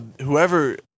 whoever